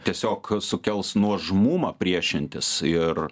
tiesiog sukels nuožmumą priešintis ir